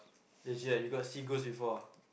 legit ah you got see ghost before ah